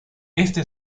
esta